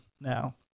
now